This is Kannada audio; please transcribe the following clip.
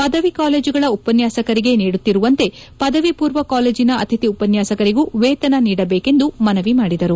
ಪದವಿ ಕಾಲೇಜುಗಳ ಉಪನ್ನಾಸಕರಿಗೆ ನೀಡುತ್ತಿರುವಂತೆ ಪದವಿಪೂರ್ವ ಕಾಲೇಜಿನ ಅತಿಥಿ ಉಪನ್ಯಾಸಕರಿಗೂ ವೇತನ ನೀಡಬೇಕೆಂದು ಮನವಿ ಮಾಡಿದರು